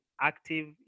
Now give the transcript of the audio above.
active